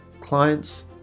clients